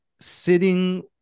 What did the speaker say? sitting